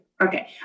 Okay